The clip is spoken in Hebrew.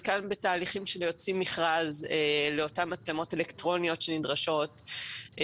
חלקם בתהליכים שלהוציא מכרז לאותן מצלמות אלקטרוניות שנדרשות,